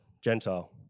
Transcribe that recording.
Gentile